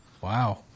wow